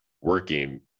working